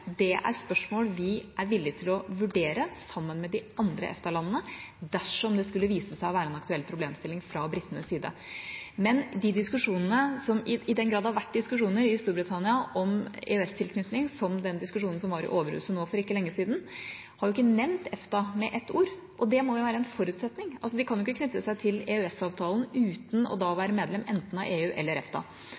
Det er spørsmål vi er villig til å vurdere sammen med de andre EFTA-landene dersom det skulle vise seg å være en aktuell problemstilling fra britenes side. Men i de diskusjonene – i den grad det har vært diskusjoner i Storbritannia om EØS-tilknytning, som den diskusjonen som var i Overhuset for ikke lenge siden – har ikke EFTA vært nevnt med ett ord. De kan ikke knytte seg til EØS-avtalen uten å være medlem av enten EU eller EFTA,